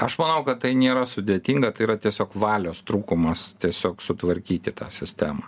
aš manau kad tai nėra sudėtinga tai yra tiesiog valios trūkumas tiesiog sutvarkyti tą sistemą